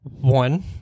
One